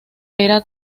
era